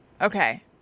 okay